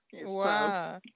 Wow